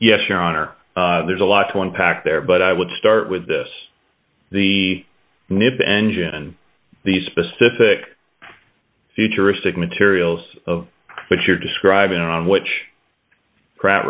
yes your honor there's a lot to unpack there but i would start with this the nipa engine the specific futuristic materials of what you're describing on which pra